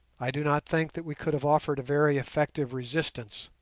i do not think that we could have offered a very effective resistance.